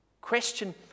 Question